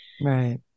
Right